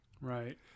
Right